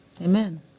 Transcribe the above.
Amen